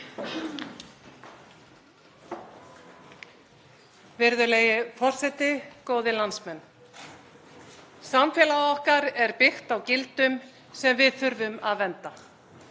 Virðulegi forseti. Góðir landsmenn. Samfélag okkar er byggt á gildum sem við þurfum að vernda.